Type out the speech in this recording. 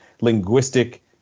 linguistic